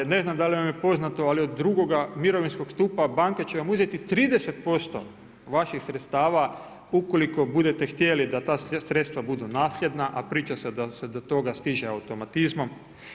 Ne znam, da li vam je poznato, ali od drugoga mirovinskog stupa, banke će vam uzeti 30% vaših sredstava ukoliko budete htjeli da ta sredstva budu nasljedna, a priča se da se do toga stiže automatizmom.